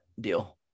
deal